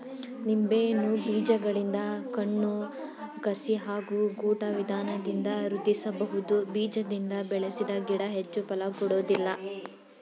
ನಿಂಬೆಯನ್ನು ಬೀಜಗಳಿಂದ ಕಣ್ಣು ಕಸಿ ಹಾಗೂ ಗೂಟ ವಿಧಾನದಿಂದ ವೃದ್ಧಿಸಬಹುದು ಬೀಜದಿಂದ ಬೆಳೆಸಿದ ಗಿಡ ಹೆಚ್ಚು ಫಲ ಕೊಡೋದಿಲ್ಲ